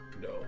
no